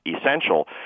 essential